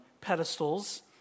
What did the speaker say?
pedestals